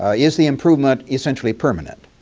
ah is the improvement essentially permanent?